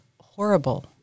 horrible